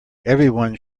everyone